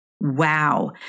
Wow